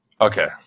Okay